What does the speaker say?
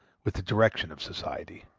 with the direction of society.